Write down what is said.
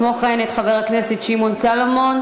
כמו כן, את חבר הכנסת שמעון סולומון.